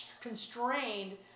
constrained